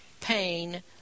pain